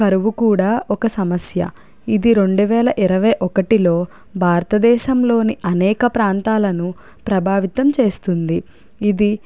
కూడా ఒక సమస్య ఇది రెండు వేల ఇరవై ఒకటిలో భారత దేశంలోని అనేక ప్రాంతాలను ప్రభావితం చేస్తుంది ఇది